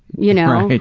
you know?